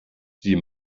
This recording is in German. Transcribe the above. sie